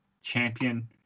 champion